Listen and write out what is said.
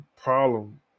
problem